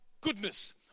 goodness